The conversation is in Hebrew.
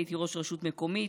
הייתי ראש רשות מקומית,